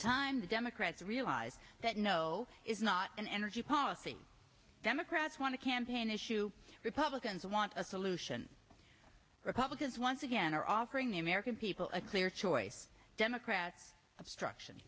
time the democrats realize that no is not an energy policy democrats want to campaign issue republicans want a solution republicans once again are offering the american people a clear choice democrat obstruction